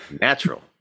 natural